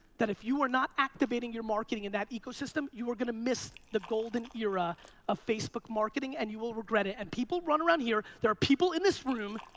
that if you are not activating your marketing in that ecosystem, you are gonna miss the golden era of facebook marketing and you will regret it. and people run around here, there are people in this room,